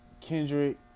Kendrick